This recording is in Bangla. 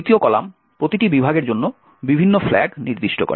দ্বিতীয় কলাম প্রতিটি বিভাগের জন্য বিভিন্ন ফ্ল্যাগ নির্দিষ্ট করে